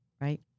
right